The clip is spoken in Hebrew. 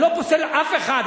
אני לא פוסל אף אחד,